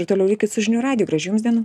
ir toliau likit su žinių radiju gražių jums dienų